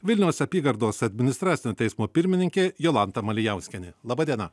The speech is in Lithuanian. vilniaus apygardos administracinio teismo pirmininkė jolanta malijauskienė laba diena